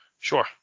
Sure